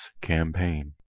Campaign